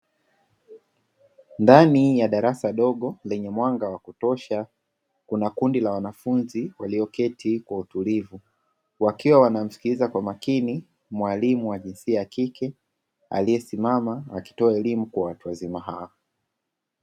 Ndani ya darasa dogo lenye mwanga wa kutosha, kuna kundi la wanafunzi walioketi kwa utulivu, wakiwa wanamsikiliza kwa makini mwalimu wa jinsia ya kike aliyesimama akitoa elimu kwa watu wazima hao.